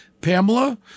Pamela